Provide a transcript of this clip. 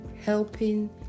helping